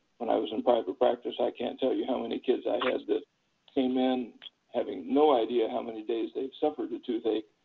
when i was in private practice, i can't tell you how many kids i had that came in having no idea how many days they'd suffered a toothache,